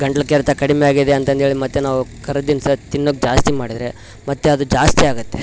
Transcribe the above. ಗಂಟ್ಲು ಕೆರೆತ ಕಡಿಮೆ ಆಗಿದೆ ಅಂತಂತೇಳಿ ಮತ್ತೆ ನಾವು ಕರದ ತಿನ್ಸ ತಿನ್ನುದು ಜಾಸ್ತಿ ಮಾಡಿದರೆ ಮತ್ತೆ ಅದು ಜಾಸ್ತಿಯಾಗುತ್ತೆ